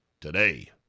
today